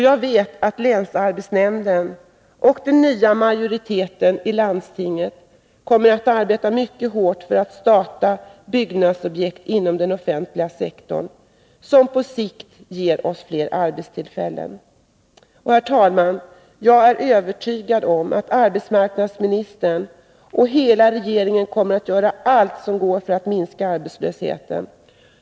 Jag vet att länsarbetsnämnden och den nya majoriteten i landstinget kommer att arbeta mycket hårt för att starta byggnadsobjekt inom den offentliga sektorn, som på sikt ger oss fler arbetstillfällen. Herr talman! Jag är övertygad om att arbetsmarknadsministern och hela regeringen kommer att göra allt som går för att minska arbetslösheten.